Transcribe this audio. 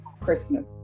Christmas